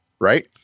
Right